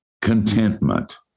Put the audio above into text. Contentment